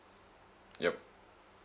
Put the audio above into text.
yup